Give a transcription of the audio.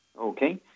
Okay